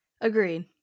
Agreed